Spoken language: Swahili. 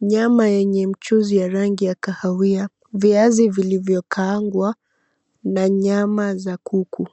nyama yenye mchuzi ya rangi ya kahawia, viazi vilivyokaangwa na nyama za kuku.